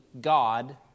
God